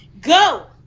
go